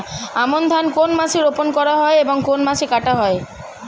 আমন ধান কোন মাসে রোপণ করা হয় এবং কোন মাসে কাটা হয়?